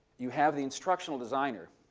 you have the instructional designer,